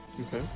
Okay